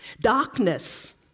darkness